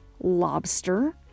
Lobster